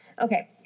Okay